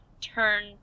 turn